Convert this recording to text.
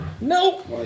Nope